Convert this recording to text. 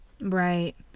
Right